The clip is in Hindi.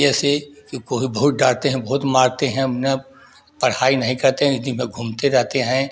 ऐसे कि कोई बहुत डांटते हैं बहुत मारते हैं पढ़ाई नहीं करते हैं दिन भर घूमते रहते हैं